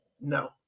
No